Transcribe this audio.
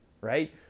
right